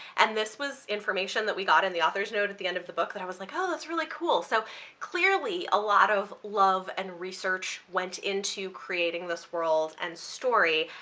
and this was information that we got in the author's note at the end of the book that i was like, oh that's really cool! so clearly a lot of love and research went into creating this world and story,